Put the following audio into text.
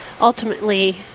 ultimately